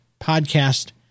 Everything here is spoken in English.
podcast